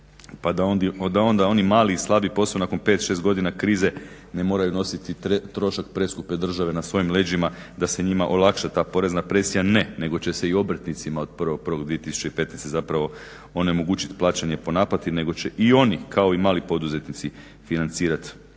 pa da onda oni mali, slabi posao nakon 5, 6 godina krize ne moraju nositi trošak preskupe države na svojim leđima da se njima olakša ta porezna presija. Ne, nego će se i obrtnicima od 1.1.2015.onemogućiti plaćanje po naplati nego će i oni kao i mali poduzetnici financirati